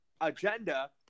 agenda